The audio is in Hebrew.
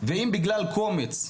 ואם בגלל קומץ,